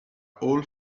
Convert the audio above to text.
all